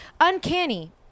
Uncanny